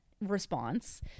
response